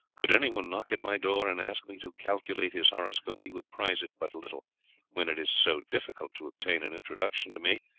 could anyone knock at my door and ask me to calculate his horoscope he would prize it but little when it is so difficult to obtain an introduction to me,